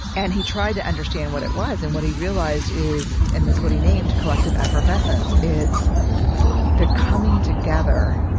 and he tried to understand what it was, and what he realized is and that's what he named collective effervescence it's the coming together